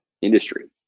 industry